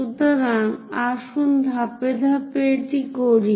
সুতরাং আসুন ধাপে ধাপে এটি করি